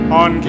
on